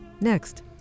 next